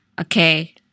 okay